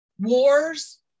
wars